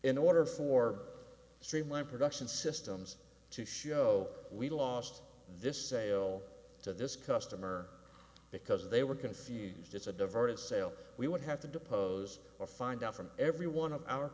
in order for streamline production systems to show we lost this sale to this customer because they were confused it's a diverted sale we would have to depose or find out from every one of our